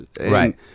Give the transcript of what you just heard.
right